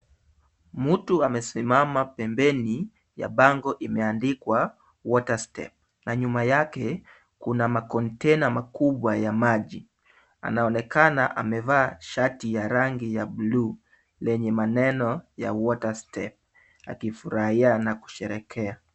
Mtu amesimama pembeni ya bango imeandikwa water step na nyuma yake kuna makontaina makubwa ya maji. Anaonekana amevaa shati ya rangi ya blue lenye maneno ya water step akifurahia na kusherehekea.